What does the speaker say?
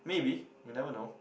maybe you never know